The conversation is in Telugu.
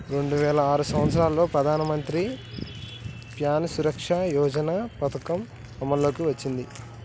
రెండు వేల ఆరు సంవత్సరంలో ప్రధానమంత్రి ప్యాన్య సురక్ష యోజన పథకం అమల్లోకి వచ్చింది